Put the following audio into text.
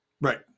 Right